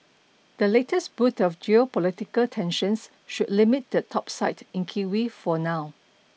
the latest bout of geopolitical tensions should limit the topside in kiwi for now